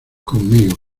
conmigo